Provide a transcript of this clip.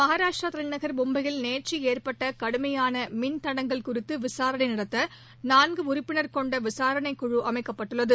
மகாராஷ்டிரா தலைநகர் மும்பையில் நேற்று ஏற்பட்ட கடுமையான மின் தடங்கல் குறித்து விசாரணை நடத்த நான்கு உறுப்பினர் விசாரணைக்குழு அமைக்கப்பட்டுள்ளது